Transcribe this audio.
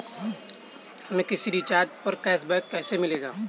हमें किसी रिचार्ज पर कैशबैक कैसे मिलेगा?